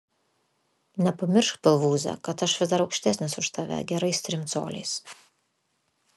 nepamiršk pilvūze kad aš vis dar aukštesnis už tave gerais trim coliais